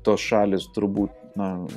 tos šalys turbūt man